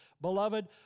Beloved